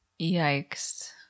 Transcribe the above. Yikes